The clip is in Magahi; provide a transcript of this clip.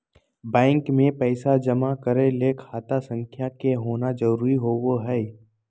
बैंक मे पैसा जमा करय ले खाता संख्या के होना जरुरी होबय हई